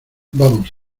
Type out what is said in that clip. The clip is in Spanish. vamos